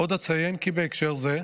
עוד אציין כי בהקשר זה,